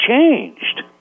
changed